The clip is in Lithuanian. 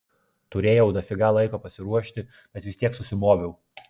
turėjau dafiga laiko pasiruošti bet vis tiek susimoviau